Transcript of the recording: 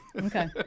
Okay